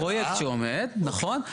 פרויקט שעומד, נכון.